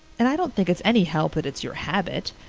and i don't think it's any help that it's your habit.